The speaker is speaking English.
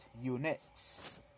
Units